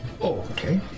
okay